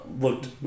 looked